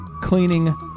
cleaning